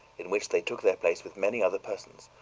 in which they took their place with many other persons,